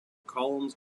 columns